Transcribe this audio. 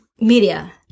media